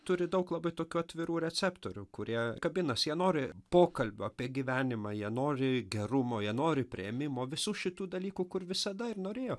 turi daug labai tokių atvirų receptorių kurie kabinas jie nori pokalbių apie gyvenimą jie nori gerumo jie nori priėmimo visų šitų dalykų kur visada norėjo